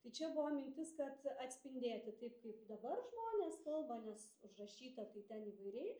tai čia buvo mintis kad atspindėti taip kaip dabar žmonės kalba nes užrašyta tai ten įvairiai